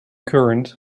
current